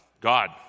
God